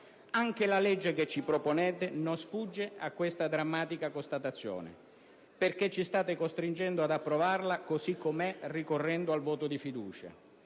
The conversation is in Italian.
Anche la legge che ci proponete non sfugge a questa drammatica constatazione, perché ci state costringendo ad approvarla così com'è, ricorrendo al voto di fiducia.